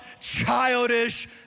childish